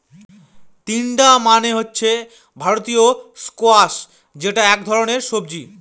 তিনডা মানে হচ্ছে ভারতীয় স্কোয়াশ যেটা এক ধরনের সবজি